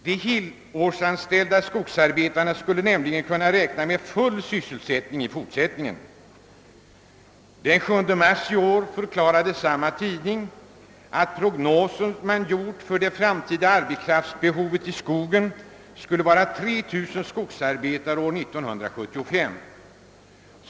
De helårsanställda skogsarbetarna skulle nämligen kunna räkna med full sysselsättning i fortsättningen. Den 7 mars i år förklarade SCA-tidningen, att det enligt den prognos som man gjort upp för det framtida arbetskraftsbehovet i skogen skulle vara 3000 skogsarbetare år 1975.